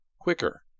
quicker